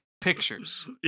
pictures